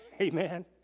Amen